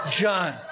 John